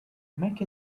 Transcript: make